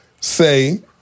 say